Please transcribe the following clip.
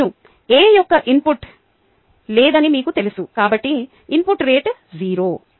అవును A యొక్క input లేదని మీకు తెలుసు కాబట్టి ఇన్పుట్ రేటు 0